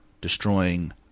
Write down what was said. destroying